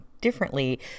differently